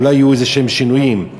אולי יהיו איזשהם שינויים.